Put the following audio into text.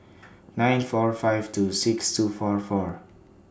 nine four five two six two four four